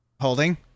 Holding